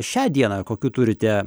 šią dieną kokių turite